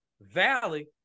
Valley